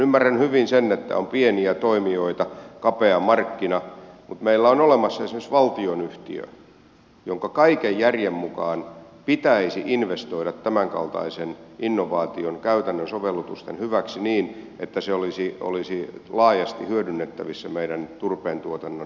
ymmärrän hyvin sen että on pieniä toimijoita kapea markkina mutta meillä on olemassa esimerkiksi valtionyhtiö jonka kaiken järjen mukaan pitäisi investoida tämän kaltaisen innovaation käytännön sovellutusten hyväksi niin että se olisi laajasti hyödynnettävissä meidän turpeentuotannon energiamarkkinoilla